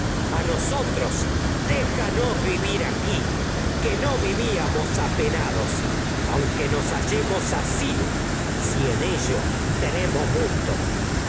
otros déjanos vivir aquí hallemos así vivimos apenados aun que nos si en ello tenemos